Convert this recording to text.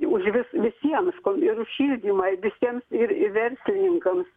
už vis visiems kom ir už šildymą visiems ir ir verslininkams